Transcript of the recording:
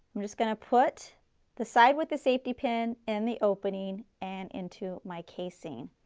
i'm just going to put the side with the safety pin and the opening and into my casing.